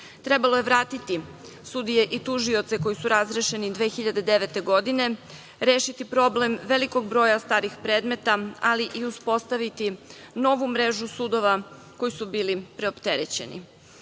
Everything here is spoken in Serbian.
Trebalo je vratiti sudije i tužioce koji su razrešeni 2009. godine, rešiti problem velikog broja starih predmeta, ali i uspostaviti novu mrežu sudova koji su bili preopterećeni. Ako